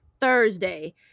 Thursday